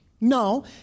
No